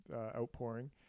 outpouring